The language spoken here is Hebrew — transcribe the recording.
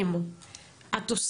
את זה